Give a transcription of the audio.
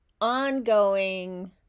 ongoing